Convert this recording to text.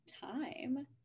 time